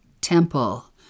temple